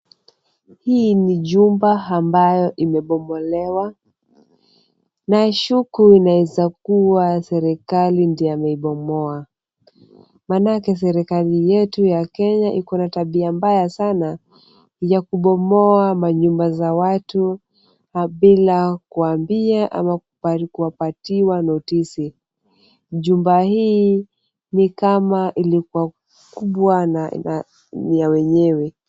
Hii ni jumba ambayo imebomolewa. Naishuku inaezakuwa serikali ndio imeibomoa, maanake serikali yetu ya Kenya ikona tabia mbaya sana ya kubomoa manyumba za watu na bila kuwaambia ama kuwapatiwa notisi. Jumba hii ni kama ilikuwa kubwa na ni ya wenyewe.